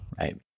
right